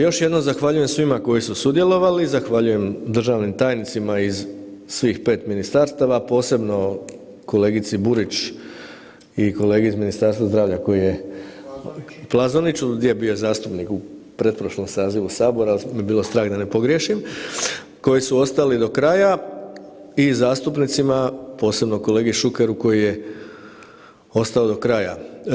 Još jednom zahvaljujem svima koji su sudjelovali, zahvaljujem državnim tajnicima iz svih pet ministarstava, posebno kolegici Burić i kolegi iz Ministarstva zdravlja koji je Plazoniću gdje je bio zastupnik u pretprošlom sazivu Sabora, ali me je bilo strah da ne pogriješim, koji su ostali do kraja i zastupnicima, posebno kolegi Šukeru koji je ostao do kraja.